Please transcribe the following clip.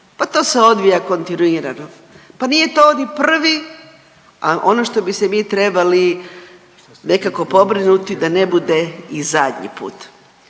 pa to se odvija kontinuirano, pa nije to on ni prvi, a ono što bi se mi trebali nekako pobrinuti da ne bude i zadnji put.